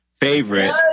Favorite